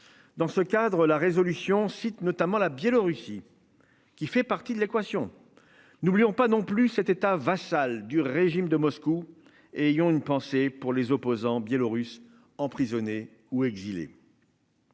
Dans ce cadre la résolution cite notamment la Biélorussie. Qui fait partie de l'équation. N'oublions pas non plus, c'était un vassal du régime de Moscou et ayons une pensée pour les opposants biélorusse emprisonné ou exilé.